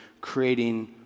creating